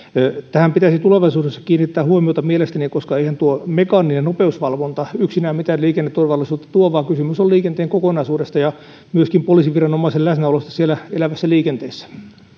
tähän pitäisi mielestäni tulevaisuudessa kiinnittää huomiota koska eihän tuo mekaaninen nopeusvalvonta yksinään mitään liikenneturvallisuutta tuo vaan kysymys on liikenteen kokonaisuudesta ja myöskin poliisiviranomaisen läsnäolosta siellä elävässä liikenteessä